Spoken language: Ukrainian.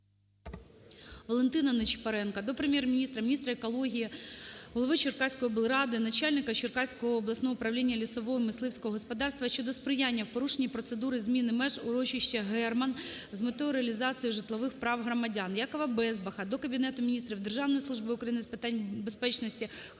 Валентина Ничипоренка до Прем'єр-міністра, міністра екології, голови Черкаської облради, начальника Черкаського обласного управління лісового, мисливського господарства щодо сприяння у порушенні процедури зміни меж урочища "Герман" з метою реалізації житлових прав громадян. Якова Безбаха до Кабінету Міністрів, Державної служби України з питань безпечності харчових